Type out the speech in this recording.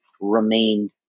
remained